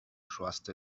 trust